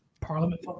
Parliament